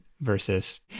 versus